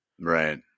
Right